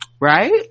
right